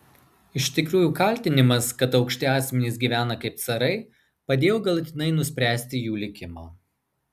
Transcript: iš tikrųjų kaltinimas kad aukšti asmenys gyvena kaip carai padėjo galutinai nuspręsti jų likimą